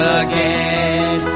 again